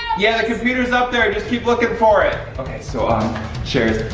yeah the computer's up there, just keep looking for it. okay, so um shares,